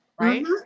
Right